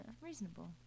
reasonable